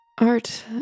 Art